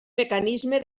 mecanisme